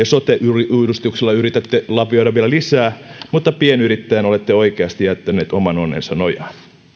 sote uudistuksella yritätte lapioida vielä lisää mutta pienyrittäjän olette oikeasti jättäneet oman onnensa nojaan